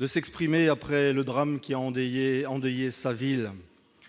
de s'exprimer après le drame qui a endeuillé sa ville.